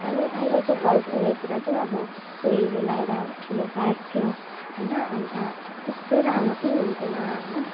अनि अहिलेको फलफुलहरूतिर चाहिँ अब सुईहरू लगाएर ठुलो पार्थ्यो होइन अन्त त्यस्तो राम्रो पनि हुन्थेन होइन